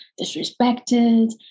disrespected